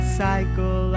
cycle